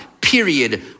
period